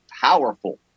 powerful